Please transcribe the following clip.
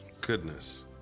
goodness